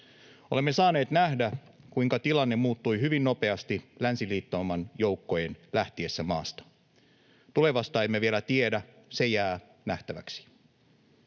Olemme saaneet nähdä, kuinka tilanne muuttui hyvin nopeasti länsiliittouman joukkojen lähtiessä maasta. Tulevasta emme vielä tiedä, se jää nähtäväksi.